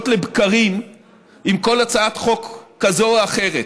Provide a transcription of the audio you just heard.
לבקרים עם כל הצעת חוק כזו או אחרת.